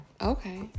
Okay